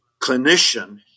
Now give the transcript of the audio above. clinician